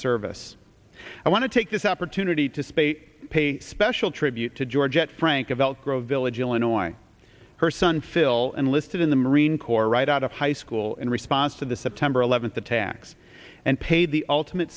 service i want to take this opportunity to speight pay special tribute to georgette frank of elk grove village illinois her son phil and listed in the marine corps right out of high school in response to the september eleventh attacks and paid the ultimate